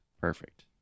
Perfect